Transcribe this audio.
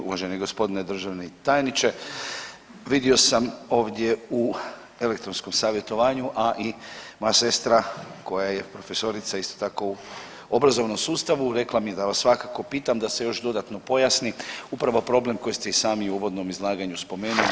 Uvaženi g. državni tajniče, vidio sam ovdje u elektronskom savjetovanju, a i moja sestra koja je profesorica isto tako u obrazovnom sustavu rekla mi je da vas svakako pitam da se još dodatno pojasni upravo problem koji ste i sami u uvodnom izlaganju spomenuli.